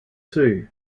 too